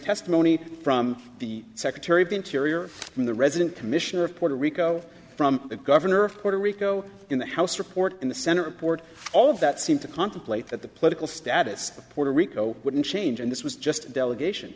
testimony from the secretary be interior from the resident commissioner of puerto rico from the governor of puerto rico in the house report in the senate report all of that seemed to contemplate that the political status puerto rico wouldn't change and this was just delegation